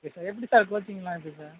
okay எப்படி sir கோச்சிங்கலாம் எப்படி சார்